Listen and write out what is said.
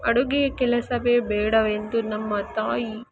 ಅಡುಗೆ ಕೆಲಸವೇ ಬೇಡವೆಂದು ನಮ್ಮ ತಾಯಿ